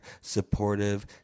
supportive